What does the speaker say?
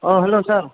औ हेल' सार